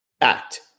act